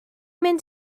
mynd